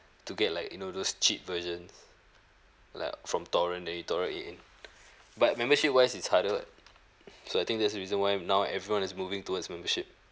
to get like you know those cheat versions like from torrent that you torrent it in but membership wise is harder so I think that's the reason why now everyone is moving towards membership